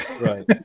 right